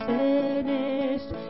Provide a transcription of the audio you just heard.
finished